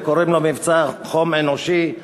וקוראים למבצע "חום אנושי".